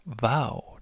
vow